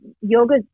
yoga